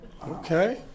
Okay